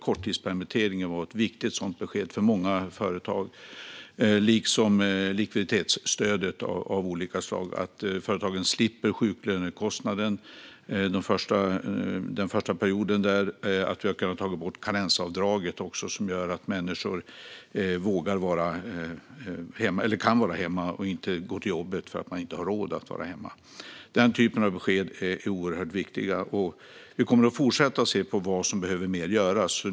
Korttidspermittering var ett viktigt sådant besked för många företag, liksom likviditetsstödet. Företagen slipper sjuklönekostnaden den första perioden, och vi har även tagit bort karensavdraget, vilket gör att människor kan vara hemma i stället för att gå till jobbet därför att de inte har råd att vara hemma. Den typen av besked är oerhört viktiga. Vi kommer att fortsätta att se på vad som mer behöver göras.